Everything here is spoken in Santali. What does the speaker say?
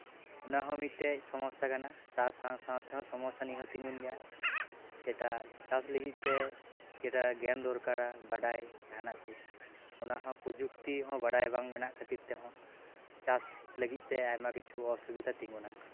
ᱚᱱᱟᱦᱚᱸ ᱢᱤᱫᱽᱴᱮᱡ ᱥᱚᱢᱚᱥᱟᱭ ᱠᱟᱱᱟ ᱛᱟ ᱥᱟᱶ ᱥᱟᱶᱛᱮᱦᱚᱸ ᱥᱚᱢᱚᱥᱟ ᱱᱤᱭᱟᱹ ᱦᱚᱸ ᱛᱟᱸᱦᱮᱱ ᱜᱮᱭᱟ ᱮᱴᱟᱜ ᱪᱟᱥ ᱞᱟᱹᱜᱤᱫ ᱛᱮ ᱡᱮᱴᱟ ᱜᱮᱱ ᱫᱚᱨᱠᱟᱨᱟ ᱵᱟᱰᱟᱭ ᱡᱟᱦᱟᱱᱟᱜ ᱠᱩ ᱚᱱᱟᱦᱚᱸ ᱯᱚᱡᱩᱠᱛᱤ ᱦᱤᱸ ᱵᱟᱰᱟᱭ ᱵᱟᱝ ᱢᱮᱱᱟᱜ ᱠᱷᱟᱹᱛᱤᱨ ᱛᱮᱦᱚᱸ ᱪᱟᱥ ᱞᱟᱹᱜᱤᱫ ᱛᱮ ᱟᱭᱢᱟ ᱠᱤᱪᱷᱩ ᱚᱥᱩᱵᱤᱫᱷᱟ ᱛᱤᱸᱜᱩᱱᱟ